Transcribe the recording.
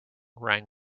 rang